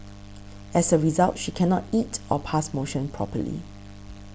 as a result she cannot eat or pass motion properly